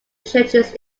churches